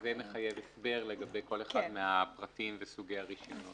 זה מחייב הסבר לגבי כל אחד מהפרטים וסוגי הרישיונות.